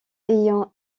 ayant